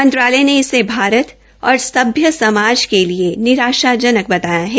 मंत्रालय ने इसे भारत और सभ्य समाज के लिए निराशाजनक बताया है